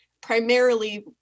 primarily